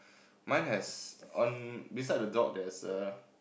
mine has on beside the dog there's a